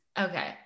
Okay